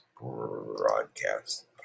broadcast